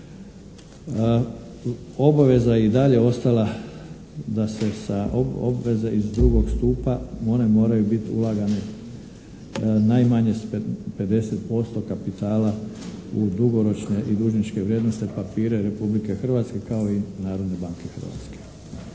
Obaveza je i dalje ostala da se obveze iz drugog stupa one moraju biti ulagane najmanje s 50% kapitala u dugoročne i dužničke vrijednosne papire Republike Hrvatske kao i Narodne banke Hrvatske.